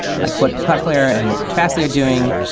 like what cloudfare and fastly are doing,